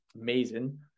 amazing